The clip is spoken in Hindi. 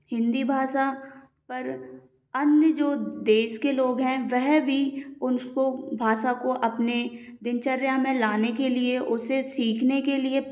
हिंदी भाषा पर अन्य जो देश के लोग हैं वह भी उनको भाषा को अपने दिनचर्या में लाने के लिए उसे सीखने के लिए